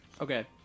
okay